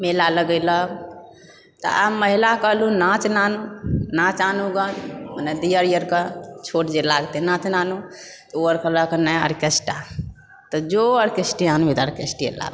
मेला लगेलक तऽ आब महिला कहलहुँ नाँच आनु नाँच आनूगऽ मने दिअर आरके छोट जे लागतै नाँच आनू तऽ ओ आर कहलक नहि आर्केस्ट्रा तऽ जो आर्केस्ट्रा आनबै तऽ आर्केस्ट्रे लाबु गऽ